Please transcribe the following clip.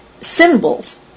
symbols